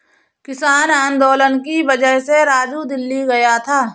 किसान आंदोलन की वजह से राजू दिल्ली गया था